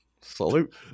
Salute